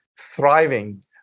thriving